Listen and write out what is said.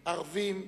ערבים,